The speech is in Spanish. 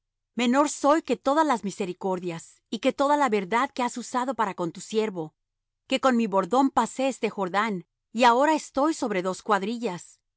menor soy que todas las misericordias y que toda la verdad que has usado para con tu siervo que con mi bordón pasé este jordán y ahora estoy sobre dos cuadrillas